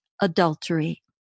adultery